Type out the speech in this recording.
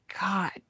God